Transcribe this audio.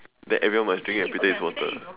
then everyone must drink and pretend it's water